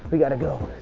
we got to go.